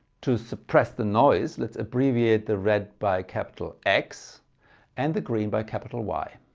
to suppress the noise, let's abbreviate the red by capital x and the green by capital y.